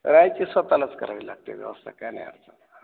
राहायची स्वत लाच करावी लागते व्यवस्था काय नाही आता